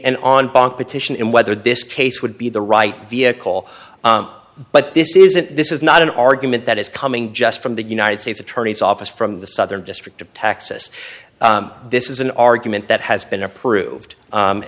and on bank petition and whether this case would be the right vehicle but this isn't this is not an argument that is coming just from the united states attorney's office from the southern district of texas this is an argument that has been approved